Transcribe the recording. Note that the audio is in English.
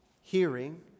Hearing